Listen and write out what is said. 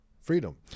freedom